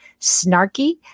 snarky